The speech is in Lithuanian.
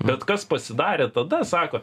bet kas pasidarė tada sako